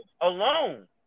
alone